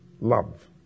love